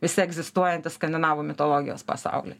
visi egzistuojantys skandinavų mitologijos pasauliai